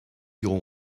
your